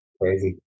Crazy